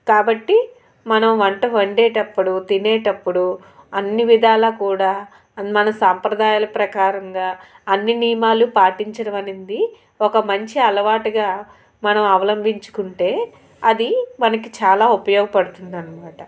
కాబట్టి మనం వంట వండేటప్పుడు తినేటప్పుడు అన్ని విధాల కూడా అది మన సాంప్రదాయాలు ప్రకారంగా అన్ని నియమాలు పాటించడం అనేది ఒక మంచి అలవాటుగా మనం అవలంబించుకుంటే అది మనకి చాలా ఉపయోగపడుతుంది అనమాట